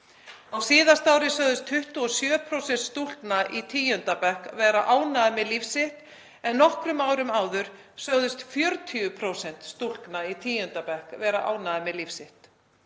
Á síðasta ári sögðust 27% stúlkna í tíunda bekk vera ánægðar með líf sitt en nokkrum árum áður sögðust 40% stúlkna í tíunda bekk vera ánægðar með líf sitt.